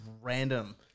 random